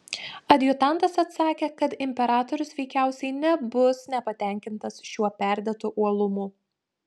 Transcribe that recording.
adjutantas atsakė kad imperatorius veikiausiai nebus nepatenkintas šiuo perdėtu uolumu